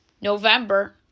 November